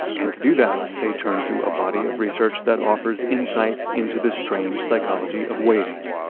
and to do that, they turned to a body of research that offers insights into this strange psychology of waiting.